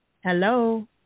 hello